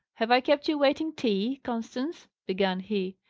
have i kept you waiting tea, constance? began he.